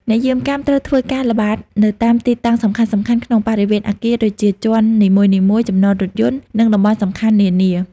អ្នកយាមកាមត្រូវធ្វើការ ល្បាត នៅតាមទីតាំងសំខាន់ៗក្នុងបរិវេណអគារដូចជា ជាន់នីមួយៗ ចំណតរថយន្ត និងតំបន់សំខាន់នានា។